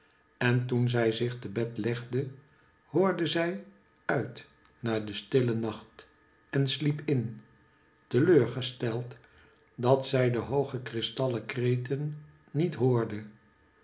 en toen zij zich te bed legde hoorde zij uit naar den stillen nacht en sliep in teleurgesteld dat zij de hooge kristallen kreten niet hoorde